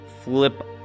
flip